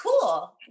cool